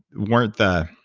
weren't that,